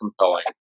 compelling